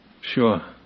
sure